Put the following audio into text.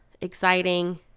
exciting